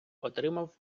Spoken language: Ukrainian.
отримав